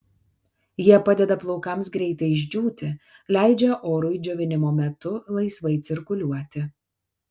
jie padeda plaukams greitai išdžiūti leidžia orui džiovinimo metu laisvai cirkuliuoti